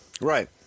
Right